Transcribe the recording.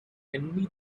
envy